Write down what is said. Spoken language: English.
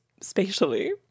spatially